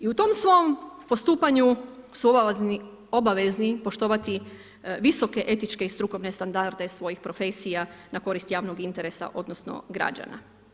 I u tom svom postupanju su obavezni poštovati visoke etičke i strukovne standarde svojih na korist javnog interesa odnosno građana.